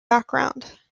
background